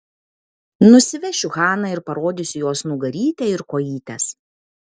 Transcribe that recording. nusivešiu haną ir parodysiu jos nugarytę ir kojytes